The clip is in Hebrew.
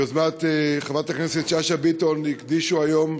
ביוזמת חברת הכנסת שאשא ביטון הקדישו היום